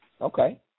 Okay